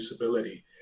usability